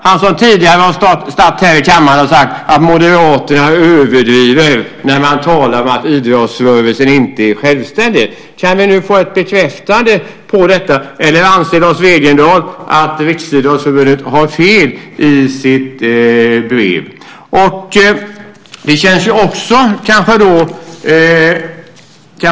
Han har tidigare här i kammaren sagt att Moderaterna överdriver när de talar om att idrottsrörelsen inte är självständig. Kan vi få ett bekräftande av detta, eller anser Lars Wegendal att Riksidrottsförbundet har fel i sitt brev? Det känns lite konstigt.